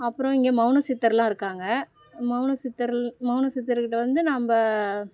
அப்பறம் இங்கே மௌன சித்தர்லாம் இருக்காங்க மௌன சித்தர் மௌன சித்தருக்கிட்டே வந்து நம்ம